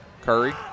Curry